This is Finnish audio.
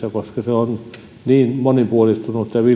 on monipuolistunut ja vilkastunut niin että ihmisten